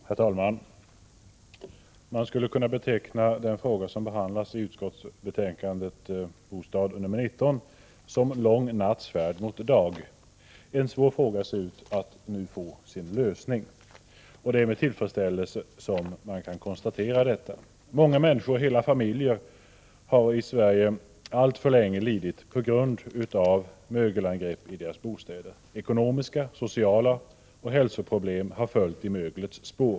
Herr talman! Man skulle kunna beteckna den fråga som behandlas i bostadsutskottets betänkande nr 19 såsom lång natts färd mot dag. En svår fråga ser ut att nu få sin lösning. Det är med tillfredsställelse som man kan konstatera detta. Många människor och hela familjer har i Sverige alltför länge lidit på grund av mögelangrepp i sina bostäder. Ekonomiska och sociala problem samt hälsoproblem har följt i möglets spår.